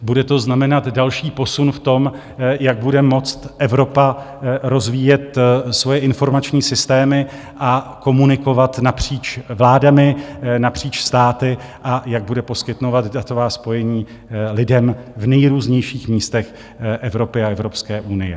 Bude to znamenat další posun v tom, jak bude moct Evropa rozvíjet svoje informační systémy a komunikovat napříč vládami, napříč státy a jak bude poskytovat datová spojení lidem v nejrůznějších místech Evropy a Evropské unie.